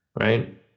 right